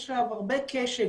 יש אליו הרבה קשב,